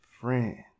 friend